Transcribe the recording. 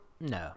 No